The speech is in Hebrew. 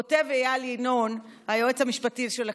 כותב איל ינון, היועץ המשפטי של הכנסת,